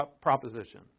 proposition